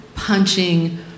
punching